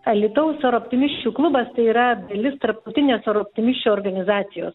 alytaus sor optimisčių klubas tai yra dalis tarptautinės optimisčių organizacijos